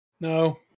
no